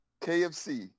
KFC